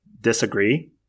disagree